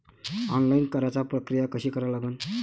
Online कराच प्रक्रिया कशी करा लागन?